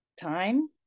time